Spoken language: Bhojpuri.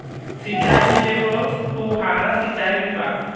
सिचाई में एगो फुव्हारा सिचाई भी बा